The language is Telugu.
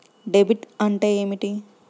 డెబిట్ అంటే ఏమిటి?